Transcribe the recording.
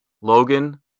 Logan